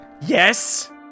Yes